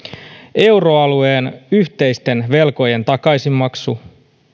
euroalueen yhteisten velkojen takaisinmaksu